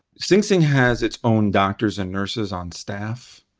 sing sing has its own doctors and nurses on staff.